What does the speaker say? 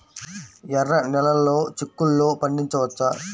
ఎర్ర నెలలో చిక్కుల్లో పండించవచ్చా?